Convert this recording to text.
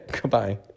goodbye